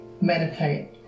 meditate